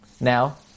Now